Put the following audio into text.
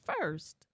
first